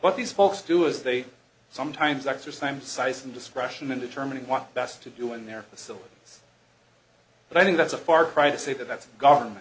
what these folks do is they sometimes acts are same size and discretion in determining what best to do in their facilities but i think that's a far cry to say that that's a government